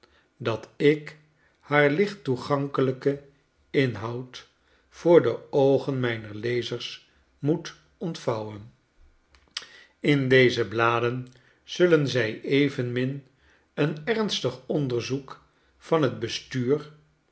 dat ik haar licht toegankelijken inhoud voor de oogen mijner lezers moet ontvouwen in deze bladen zullen zij evenmin een ernstig onderzoek van het bestuur